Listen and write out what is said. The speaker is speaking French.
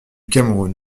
cameroun